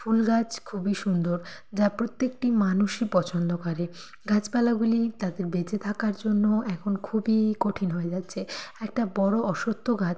ফুল গাছ খুবই সুন্দর যা প্রত্যেকটি মানুষই পছন্দ করে গাছপালাগুলি তাদের বেঁচে থাকার জন্য এখন খুবই কঠিন হয়ে যাচ্ছে একটা বড় অশ্বত্থ গাছ